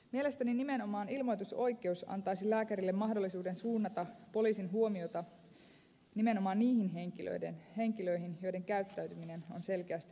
mielestäni nimenomaan ilmoitusoikeus antaisi lääkärille mahdollisuuden suunnata poliisin huomiota nimenomaan niihin henkilöihin joiden käyttäytyminen on selkeästi riskialtista